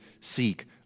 seek